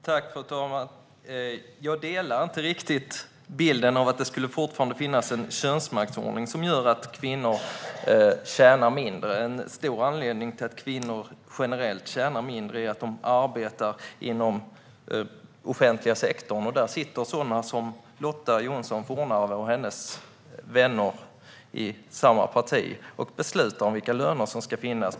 Fru talman! Jag delar inte riktigt bilden av att det fortfarande skulle finnas en könsmaktsordning som gör att kvinnor tjänar mindre. En stor anledning till att kvinnor generellt tjänar mindre är att de arbetar inom den offentliga sektorn. Där sitter sådana som Lotta Johnsson Fornarve och hennes vänner i samma parti och beslutar om vilka löner som det ska vara.